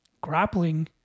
grappling